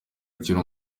akiri